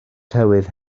tywydd